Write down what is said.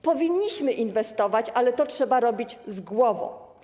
Powinniśmy inwestować, ale trzeba to robić z głową.